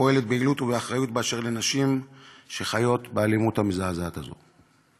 פועלת ביעילות ובאחריות באשר לנשים שחיות באלימות המזעזעת הזאת?